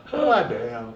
what the hell